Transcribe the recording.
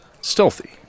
stealthy